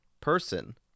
person